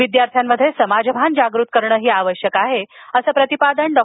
विद्यार्थ्यांमध्ये समाजभान जागृत करणं आवश्यक आहे असं प्रतिपादन डॉ